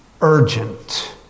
Urgent